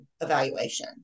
evaluation